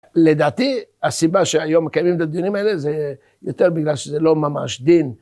לדעתי הסיבה שהיום מקיימים את הדיונים האלה זה יותר בגלל שזה לא ממש דין.